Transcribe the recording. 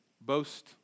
boast